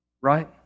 Right